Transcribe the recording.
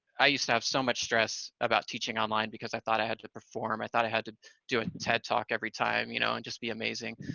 i used to have so much stress about teaching online because i thought i had to perform. i thought i had to do a ted talk every time you know and just be amazing.